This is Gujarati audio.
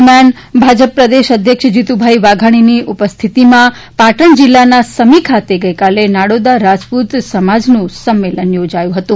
દરમ્યાન ભાજપ પ્રદેશ અધ્યક્ષ જીતુભાઈ વાઘાણીની ઉપસ્થિતિમાં પાટણ જિલ્લાના સમી ખાતે ગઈકાલે નાડોદા રાજપૂત સમાજનું સંમેલન ચોજાયું ફતું